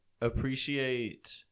appreciate